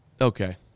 Okay